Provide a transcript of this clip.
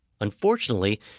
Unfortunately